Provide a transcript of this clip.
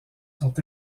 sont